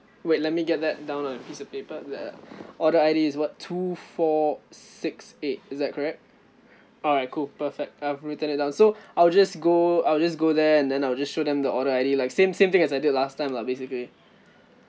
wait let me get let down on a piece of paper the order I_D is what two four six eight is that correct alright cool perfect I've written it down so I'll just go I'll just go there and then I will just show them the order I_D like same same thing as I did last time lah basically